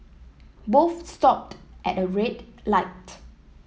both stopped at a red light